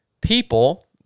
people